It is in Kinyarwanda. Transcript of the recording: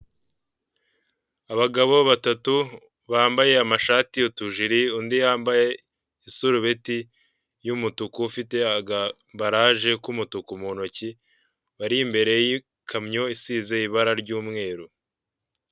Abagabo batatu bambaye amashati utujiri undi yambaye isurubeti y'umutuku ufite aka ambaraje k'umutuku mu ntoki bari imbere y'ikamyo isize ibara ry'umweru.